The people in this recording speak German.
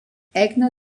aigner